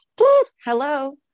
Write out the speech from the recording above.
Hello